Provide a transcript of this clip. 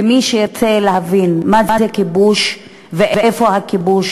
ומי שירצה להבין מה זה כיבוש ואיפה הכיבוש,